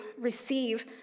receive